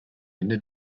ende